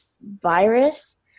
virus